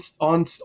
on